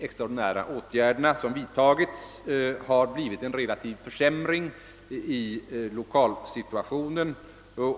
extraordinära åtgärder som har vidtagits har blivit en relativ försämring i lokalsituationen.